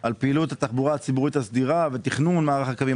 על פעילות התחבורה הציבורית הסדירה ותכנון מערך הקווים.